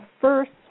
first